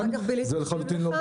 אוקיי, אחר כך בילי תסביר לך.